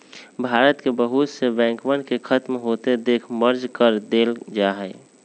भारत के बहुत से बैंकवन के खत्म होते देख मर्ज कर देयल जाहई